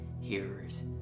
hearers